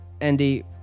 Andy